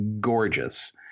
gorgeous